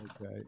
Okay